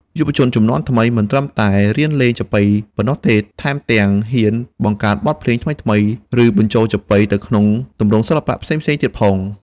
យុវជនជំនាន់ថ្មីមិនត្រឹមតែរៀនលេងចាប៉ីប៉ុណ្ណោះទេ ថែមទាំងហ៊ាន បង្កើតបទភ្លេងថ្មីៗ ឬបញ្ចូលចាប៉ីទៅក្នុងទម្រង់សិល្បៈផ្សេងៗទៀតផង។